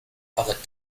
public